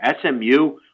SMU